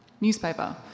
newspaper